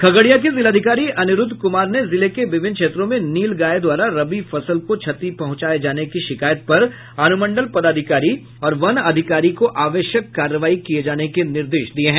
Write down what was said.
खगड़िया के जिलाधिकारी अनिरूद्ध कुमार ने जिले के विभिन्न क्षेत्रों में नील गाय द्वारा रबी फसल को क्षति पहुंचाये जाने की शिकायत पर अनुमंडल पदाधिकारी और वन अधिकारी को आवश्यक कार्रवाई किये जाने के निर्देश दिये हैं